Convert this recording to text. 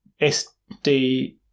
SD